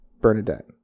Bernadette